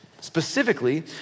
Specifically